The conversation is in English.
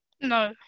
no